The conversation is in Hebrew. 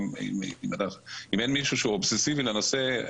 שאם מישהו שהוא אובססיבי לנושא,